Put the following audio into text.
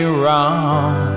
wrong